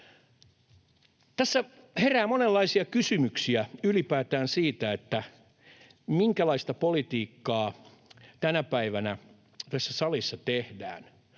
Tässä herää monenlaisia kysymyksiä ylipäätään siitä, minkälaista politiikkaa tänä päivänä tässä salissa tehdään.